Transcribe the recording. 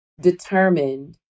determined